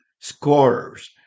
scorers